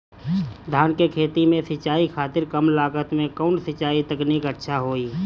धान के खेती में सिंचाई खातिर कम लागत में कउन सिंचाई तकनीक अच्छा होई?